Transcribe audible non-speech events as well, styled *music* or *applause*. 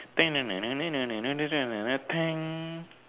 *noise*